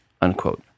unquote